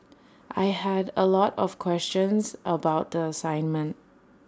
I had A lot of questions about the assignment